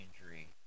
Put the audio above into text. injury